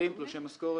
תצהירים ותלושי משכורת.